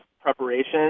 preparation